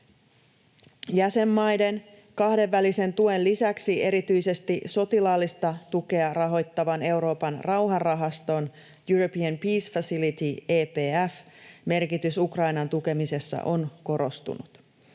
Jäsenmaiden kahdenvälisen tuen lisäksi erityisesti sotilaallista tukea rahoittavan Euroopan rauhanrahaston, European Peace Facilityn, EPF:n, merkitys Ukrainan tukemisessa on korostunut.